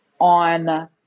on